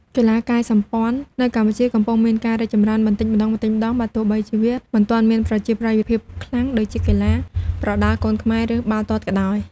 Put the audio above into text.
កីឡាកាយសម្ព័ន្ធនៅកម្ពុជាកំពុងមានការរីកចម្រើនបន្តិចម្តងៗ បើទោះបីជាវានៅមិនទាន់មានប្រជាប្រិយភាពខ្លាំងដូចជាកីឡាប្រដាល់គុនខ្មែរ ឬបាល់ទាត់ក៏ដោយ។